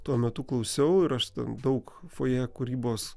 tuo metu klausiau ir aš ten daug fojė kūrybos